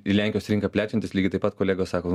į lenkijos rinką plečiantis lygiai taip pat kolegos sako